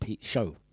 show